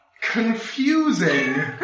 Confusing